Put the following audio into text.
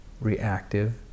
reactive